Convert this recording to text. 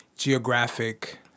geographic